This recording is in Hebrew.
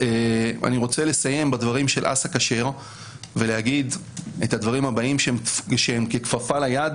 אסיים בדברי אסא כשר ולהגיד את הדברים הבאים שהם ככפפה ליד,